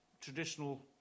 traditional